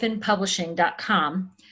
publishing.com